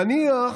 נניח